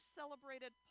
celebrated